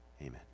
Amen